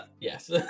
yes